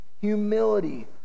Humility